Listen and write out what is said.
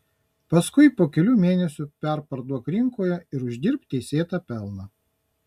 paskui po kelių mėnesių perparduok rinkoje ir uždirbk teisėtą pelną